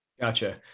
Gotcha